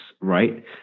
right